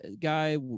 guy